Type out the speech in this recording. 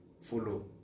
follow